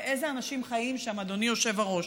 ואיזה אנשים חיים שם, אדוני היושב-ראש.